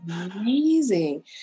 amazing